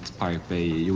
pirate bay